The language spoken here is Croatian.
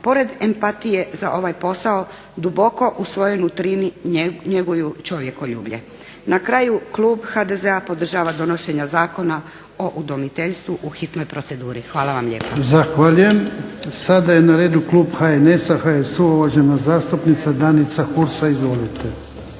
pored empatije za ovaj posao duboko u svojoj nutrini njeguju čovjekoljublje. Na kraju klub HDZ-a podržava donošenje Zakona o udomiteljstvu u hitnoj proceduri. Hvala vam lijepa.